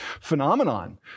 phenomenon